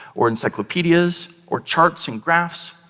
or encyclopedias or charts and graphs,